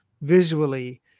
visually